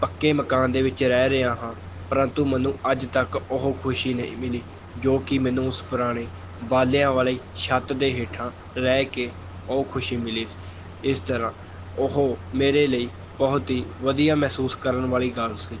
ਪੱਕੇ ਮਕਾਨ ਦੇ ਵਿੱਚ ਰਹਿ ਰਿਹਾ ਹਾਂ ਪ੍ਰੰਤੂ ਮੈਨੂੰ ਅੱਜ ਤੱਕ ਉਹ ਖੁਸ਼ੀ ਨਹੀਂ ਮਿਲੀ ਜੋ ਕਿ ਮੈਨੂੰ ਉਸ ਪੁਰਾਣੇ ਬਾਲਿਆਂ ਵਾਲੇ ਛੱਤ ਦੇ ਹੇਠਾਂ ਰਹਿ ਕੇ ਉਹ ਖੁਸ਼ੀ ਮਿਲੀ ਸੀ ਇਸ ਤਰ੍ਹਾਂ ਉਹ ਮੇਰੇ ਲਈ ਬਹੁਤ ਹੀ ਵਧੀਆ ਮਹਿਸੂਸ ਕਰਨ ਵਾਲੀ ਗੱਲ ਸੀ